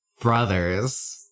Brothers